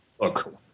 look